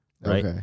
Right